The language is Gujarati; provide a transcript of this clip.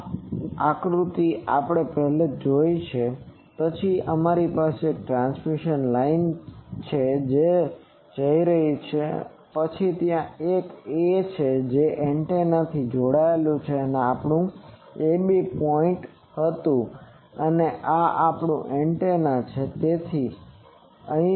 આ આકૃતિ આપણે પહેલાં જોઇ છે તે પછી અમારી પાસે એક ટ્રાન્સમિશન લાઇન છે જે જઈ રહી છે અને પછી ત્યાં એક 'એ' છે જે એન્ટેનાથી જોડાયેલું છે જે આપણું 'ab' પોઇન્ટ હતું અને આ આપણું એન્ટેના છે